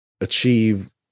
achieve